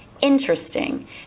Interesting